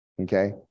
okay